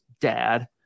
dad